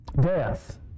Death